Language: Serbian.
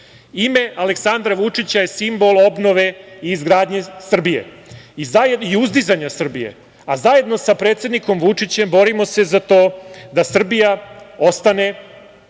Aleksandra Vučića je simbol obnove, izgradnje i uzdizanje Srbije, a zajedno sa predsednikom Vučićem borimo se za to da Srbija ostane